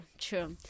true